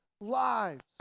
lives